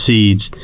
Seeds